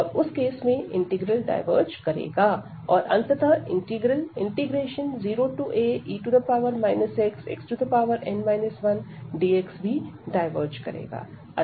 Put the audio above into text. और उस केस में इंटीग्रल डायवर्ज करेगा और अंततः इंटीग्रल 0ae xxn 1dx भी डायवर्ज करेगा